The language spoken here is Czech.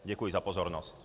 Děkuji za pozornost.